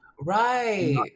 Right